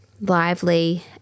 lively